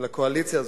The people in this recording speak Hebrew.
של הקואליציה הזאת,